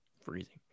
Freezing